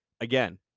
again